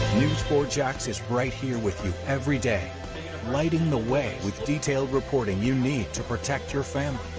news four jax is right here with me every day and you know lighting the way with detail, reporting you need to protect your family.